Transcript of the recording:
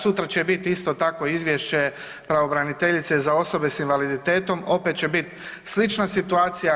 Sutra će biti tako izvješće pravobraniteljice za osobe s invaliditetom, opet će biti slična situacija.